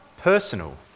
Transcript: personal